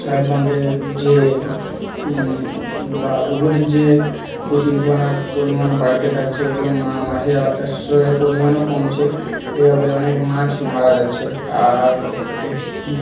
সাহেব বাঁধের যে বা পুকুরের যে কচুরিপানার পরিমাণ বাড়তে থাকছে এবং মাছের আশ্রয়ের পরিমাণও কমছে এভাবে অনেক মাছ মারা যাচ্ছে আর